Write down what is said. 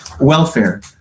welfare